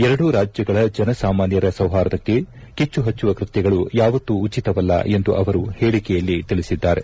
ಎರಡೂ ರಾಜ್ಯಗಳ ಜನಸಾಮಾನ್ಯರ ಸೌಹಾರ್ದಕ್ಕೆ ಕಿಚ್ಚು ಹಚ್ಚುವ ಕೃತ್ಯಗಳು ಯಾವತ್ತೂ ಉಚಿತವಲ್ಲ ಎಂದು ಅವರು ಹೇಳಿಕೆಯಲ್ಲಿ ತಿಳಿಸಿದ್ದಾರೆ